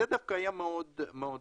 זה היה דווקא מאוד יפה.